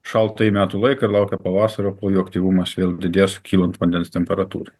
šaltąjį metų laiką ir laukia pavasario po jo aktyvumas vėl didės kylant vandens temperatūrai